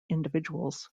individuals